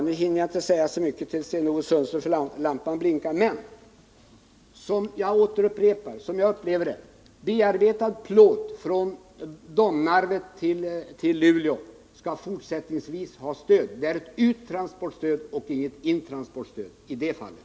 Nu hinner jag inte säga så mycket till Sten-Ove Sundström, för lampan här på bänken blinkar. Men jag upprepar att som jag upplever det skall bearbetad plåt som fraktas från Domnarvet till Luleå fortsättningsvis ha stöd. Det är ett uttransportstöd och inget intransportstöd i det fallet.